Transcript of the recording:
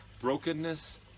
brokenness